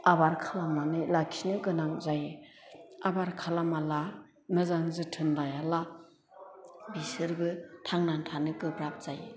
आबार खालामनानै लाखिनो गोनां जायो आबार खालामाला मोजां जोथोन लायाला बिसोरबो थांनानै थानो गोब्राब जायो